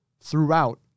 Throughout